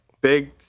big